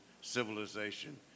civilization